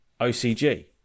OCG